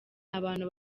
abantu